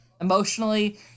Emotionally